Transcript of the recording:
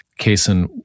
Kaysen